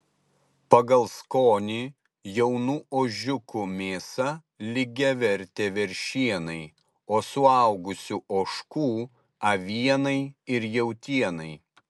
pagal skonį jaunų ožiukų mėsa lygiavertė veršienai o suaugusių ožkų avienai ir jautienai